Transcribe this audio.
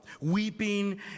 weeping